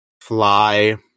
fly